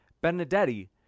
Benedetti